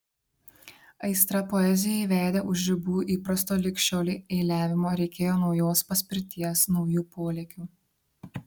aistra poezijai vedė už ribų įprasto lig šiolei eiliavimo reikėjo naujos paspirties naujų polėkių